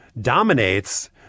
dominates